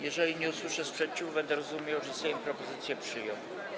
Jeżeli nie usłyszę sprzeciwu, będę rozumiał, że Sejm propozycję przyjął.